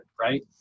right